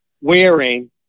wearing